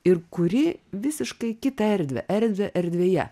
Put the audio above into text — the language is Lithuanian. ir kuri visiškai kitą erdvę erdvę erdvėje